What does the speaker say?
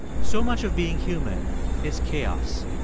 so much of being human is chaos.